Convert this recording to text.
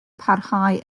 parhau